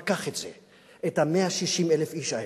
אבל קח את זה, את 160,000 האיש האלה,